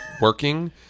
working